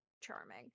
charming